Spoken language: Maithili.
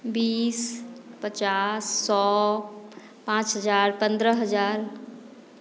बीस पचास सए पांच हजार पन्द्रह हजार